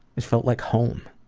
it felt like home.